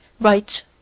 right